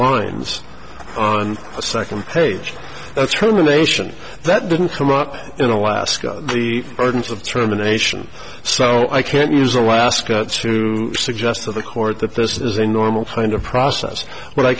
lines on a second page that's two nation that didn't come up in alaska the burdens of terminations so i can use alaska to suggest to the court that this is a normal kind of process but i